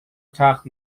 تخت